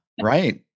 Right